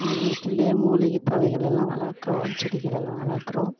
நாங்கள் வீட்டுலேயே மூலிகை தொவைகளெல்லாம் வளக்குறோம் செடிகளெல்லாம் வளர்க்கிறோம்